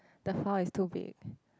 the file is too big